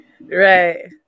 Right